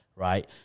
right